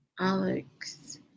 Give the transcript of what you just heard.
alex